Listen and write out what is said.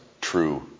true